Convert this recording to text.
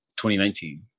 2019